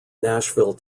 nashville